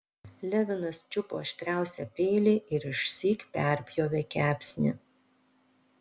levinas čiupo aštriausią peilį ir išsyk perpjovė kepsnį